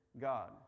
God